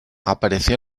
apareció